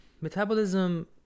Metabolism